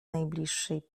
najbliższej